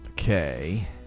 Okay